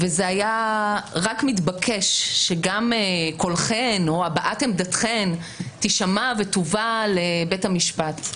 זה היה רק מתבקש שגם קולכן או הבעת עמדתכן תישמע ותובא לבית המשפט.